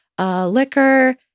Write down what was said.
liquor